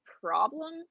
problem